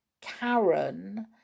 Karen